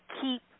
keep